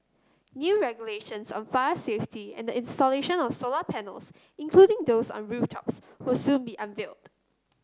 new regulations on fire safety and the installation of solar panels including those on rooftops will soon be unveiled